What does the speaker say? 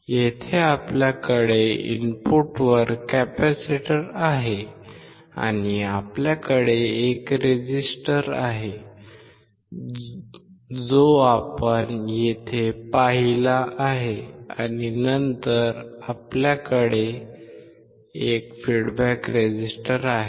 येथे आपल्याकडे इनपुटवर कॅपेसिटर आहे आणि आपल्याकडे एक रेझिस्टर आहे जो आपण येथे पाहिला आहे आणि नंतर आपल्याकडे एक फीडबॅक रेझिस्टर आहे